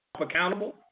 accountable